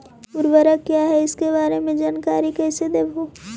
उर्वरक क्या इ सके बारे मे जानकारी खेसारी देबहू?